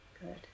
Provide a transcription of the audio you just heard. Good